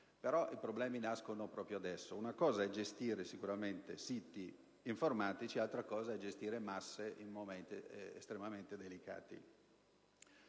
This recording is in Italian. I problemi nascono proprio da ciò, perché una cosa è gestire i siti informatici, altra cosa è gestire masse in momenti estremamente delicati.